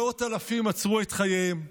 מאות אלפים עצרו את חייהם,